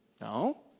No